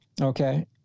Okay